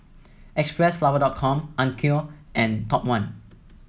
Xpressflower dot com Onkyo and Top One